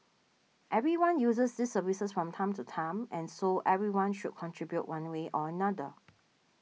everyone uses these services from time to time and so everyone should contribute one way or another